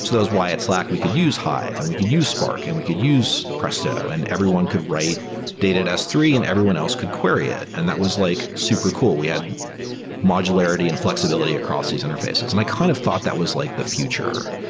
why at slack we could use hive and we could use spark and we could use presto and everyone could write data to s three and everyone else could query it, and that was like super cool. we had modularity and flexibility across these interfaces, and i kind of thought that was like the future,